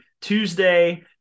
Tuesday